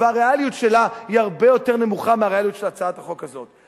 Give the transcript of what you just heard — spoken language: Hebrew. והריאליות שלה היא הרבה יותר נמוכה מהריאליות של הצעת החוק הזאת.